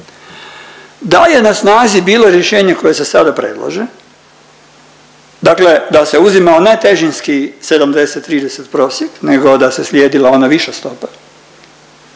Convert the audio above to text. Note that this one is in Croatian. Da je na snazi bilo rješenje koje se sada predlaže dakle, da se uzimao netežinski 70-30 prosjek nego da se slijedila ona viša stopa,